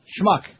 Schmuck